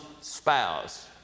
spouse